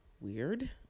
weird